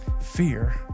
Fear